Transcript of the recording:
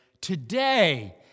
today